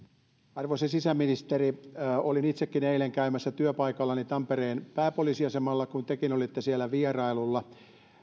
arvoisa sisäministeri olin itsekin eilen käymässä työpaikallani tampereen pääpoliisiasemalla kun tekin olitte siellä vierailulla